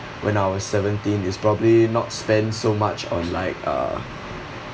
when I was seventeen is probably not spend so much on like uh